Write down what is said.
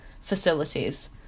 facilities